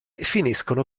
finiscono